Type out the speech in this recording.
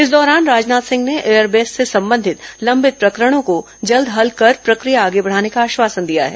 इस दौरान राजनाथ सिंह ने एयरबेस से संबंधित लंबित प्रकरणों को जल्द हल कर प्रक्रिया आगे बढाने का आश्वासन दिया है